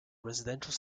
residential